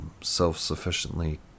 self-sufficiently